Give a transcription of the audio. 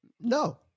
No